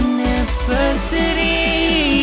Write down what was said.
University